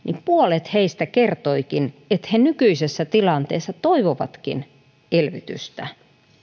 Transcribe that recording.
puolet heistä kertoikin että he nykyisessä tilanteessa toivovatkin elvytystä